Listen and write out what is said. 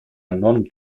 norme